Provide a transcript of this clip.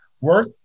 work